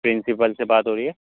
principal سے بات ہو رہی ہے